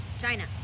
China